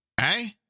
Hey